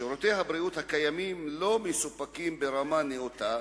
שירותי הבריאות הקיימים לא מסופקים ברמה נאותה